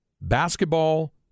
Basketball